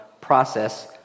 process